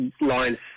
lines